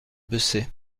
bessée